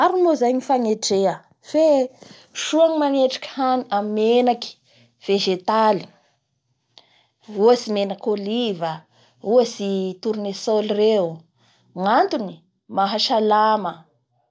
Maro moa zay ny fangetrea fe soa ny mangetriky hany amin'ny menaky vegétale ohatsy menaky oliva, ohatsy tournesol reo, gnatony mahasaama; Maro moa ny kara